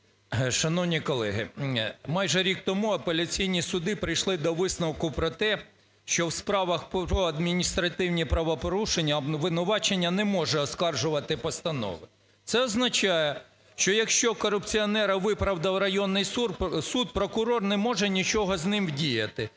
Шановні колеги, майже рік тому апеляційні суди прийшли до висновку про те, що у справах про адміністративні правопорушення обвинувачення не може оскаржувати постанови. Це означає, що якщо корупціонера виправдав районний суд, прокурор не може нічого з ним вдіяти.